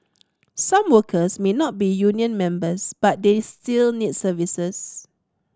some workers may not be union members but they still need services